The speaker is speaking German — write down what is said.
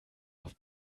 auf